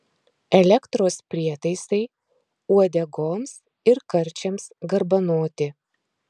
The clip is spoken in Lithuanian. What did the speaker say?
elektros prietaisai uodegoms ir karčiams garbanoti